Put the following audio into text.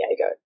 Diego